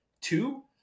Two